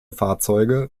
fahrzeuge